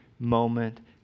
moment